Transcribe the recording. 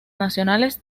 nacionales